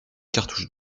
cartouche